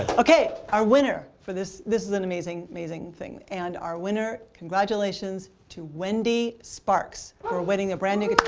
ok. our winner for this this is an amazing, amazing thing. and our winner, congratulations to wendy sparks for winning a brand new